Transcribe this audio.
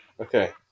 Okay